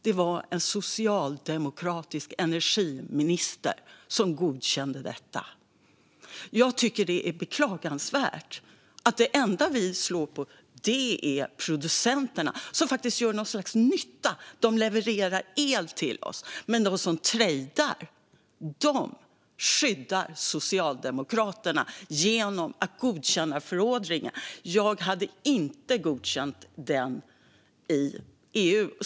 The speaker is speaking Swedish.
Det var en socialdemokratisk energiminister som godkände detta. Jag tycker att det är beklagansvärt att de enda vi slår på är producenterna som faktiskt gör något slags nytta - de levererar ju el till oss. Men de som trejdar, dem skyddar Socialdemokraterna genom att godkänna förordningen. Jag hade inte godkänt den i EU.